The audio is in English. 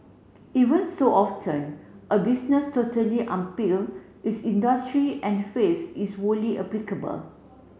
even so often a business totally its industry and phrase is wholly applicable